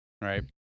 Right